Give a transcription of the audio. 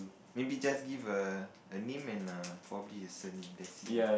maybe just give a a name and a boogie listen that's it lah